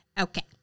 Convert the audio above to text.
Okay